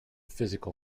physical